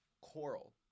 Coral